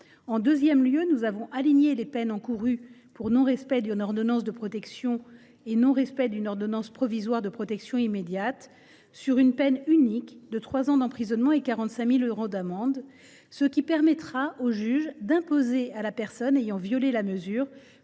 En deuxième lieu, nous avons aligné les peines encourues pour non respect d’une ordonnance de protection et non respect d’une ordonnance provisoire de protection immédiate sur une peine unique de trois ans d’emprisonnement et 45 000 euros d’amende, ce qui permettra au juge d’imposer à la personne ayant violé la mesure